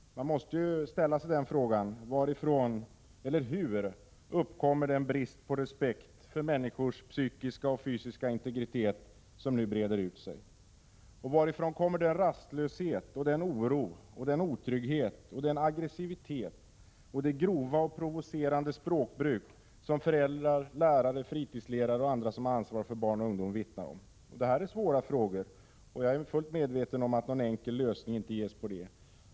Man måste ställa sig frågan: Hur uppkommer den brist på respekt för människors psykiska och fysiska integritet som nu breder ut sig? Varifrån kommer den rastlöshet, den oro, den otrygghet, den aggressivitet och det grova, provocerande språkbruk som föräldrar, lärare, fritidsledare och andra som har ansvar för barn och ungdom vittnar om. Detta är svåra frågor. Jag är fullt medveten om att någon enkel lösning inte ges på problemen.